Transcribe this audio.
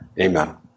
Amen